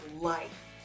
life